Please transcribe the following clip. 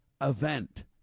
event